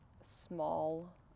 small